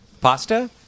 Pasta